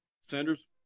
Sanders